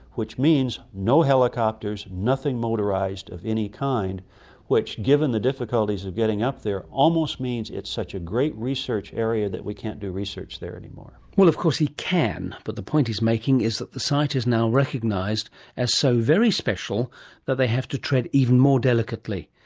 which means no helicopters, nothing motorised of any kind which, given the difficulties of getting up there, almost means it's such a great research area that we can't do research there anymore. of course he can, but the point he's making is that the site is now recognised as so very special that they have to tread even more delicately.